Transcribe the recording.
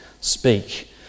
speak